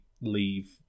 leave